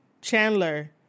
Chandler